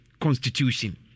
constitution